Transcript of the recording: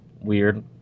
weird